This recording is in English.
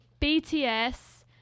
BTS